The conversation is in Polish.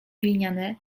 gliniane